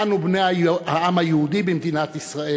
אנו בני העם היהודי במדינת ישראל,